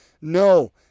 No